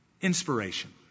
inspiration